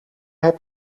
heb